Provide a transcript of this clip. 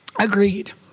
Agreed